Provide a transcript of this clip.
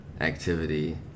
activity